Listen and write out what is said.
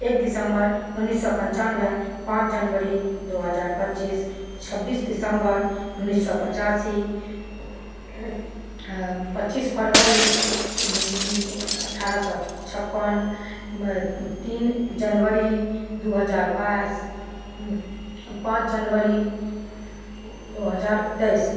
एक दिसम्बर उन्नैस सए पंचानबे पाँच जनवरी दु हजार पच्चीस छब्बीस दिसंबर उन्नैस सए पचासी पच्चीस फरवरी अठारह सए छप्पन तीन जनवरी दु हजार बाइस पाँच जनवरी दु हजार तेइस